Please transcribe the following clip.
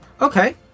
okay